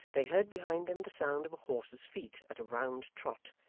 they heard behind them the sound of a horse's feet at a round trot,